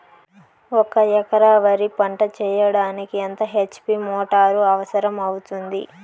ఒక ఎకరా వరి పంట చెయ్యడానికి ఎంత హెచ్.పి మోటారు అవసరం అవుతుంది?